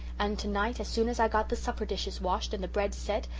and tonight, as soon as i got the supper dishes washed and the bread set,